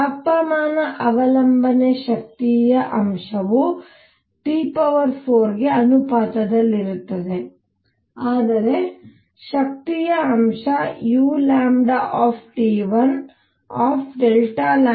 ತಾಪಮಾನ ಅವಲಂಬನೆ ಶಕ್ತಿಯ ಅಂಶವು T4 ಗೆ ಅನುಪಾತದಲ್ಲಿರುತ್ತದೆ ಆದರೆ ಶಕ್ತಿಯ ಅಂಶ uT14uT24